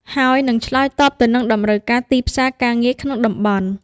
ហើយនិងឆ្លើយតបទៅនឹងតម្រូវការទីផ្សារការងារក្នុងតំបន់។